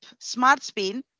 SmartSpin